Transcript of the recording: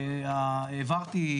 העברתי,